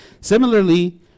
Similarly